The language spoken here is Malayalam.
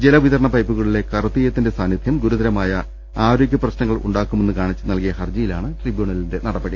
ജലവിതരണ പൈപ്പുകളിലെ കറുത്തീയത്തിന്റെ സാന്നിധ്യം ഗുരുതരമായ ആരോഗ്യ പ്രശ്നങ്ങളുണ്ടാക്കുമെന്ന് കാണിച്ച് നൽകിയ ഹർജിയിലാണ് ട്രിബ്യൂണൽ നടപടി